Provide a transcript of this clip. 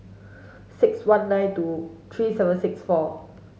six one nine two three seven six four